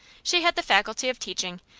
she had the faculty of teaching,